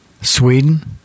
sweden